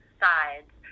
sides